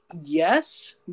yes